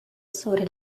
sobre